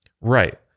Right